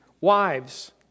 Wives